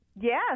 Yes